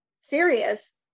serious